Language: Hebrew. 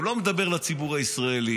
הוא לא מדבר לציבור הישראלי.